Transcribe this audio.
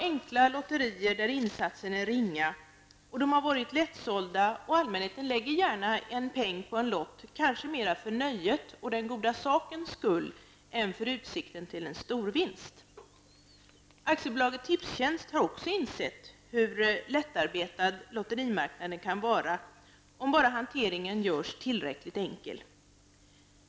Enkla lotterier där insatsen är ringa har varit lättsålda, och allmänheten lägger gärna en peng på en lott, kanske mera för nöjet och den goda sakens skull än för utsikten till en storvinst. AB Tipstjänst har också insett hur lättarbetad lotterimarknaden kan vara, om bara hanteringen görs tillräckligt enkel.